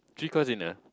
three cost in a